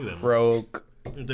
broke